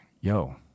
yo